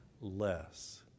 less